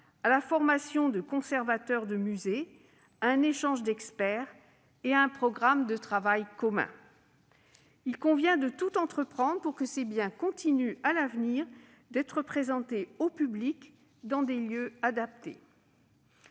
à la formation de conservateurs de musée, à l'échange d'experts et à un programme de travail commun. Il convient de tout entreprendre pour que ces biens continuent, à l'avenir, d'être présentés au public dans des lieux adaptés.